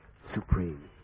supreme